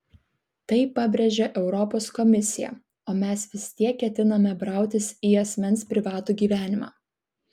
tai pabrėžia europos komisija o mes vis tiek ketiname brautis į asmens privatų gyvenimą